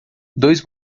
dois